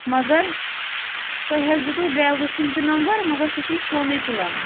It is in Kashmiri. مگر تُہۍ حظ دِیُتوُ ڈرٛیورٕ سُنٛد تہِ نمبر مگر سُہ چھُنہٕ فونٕے تُلان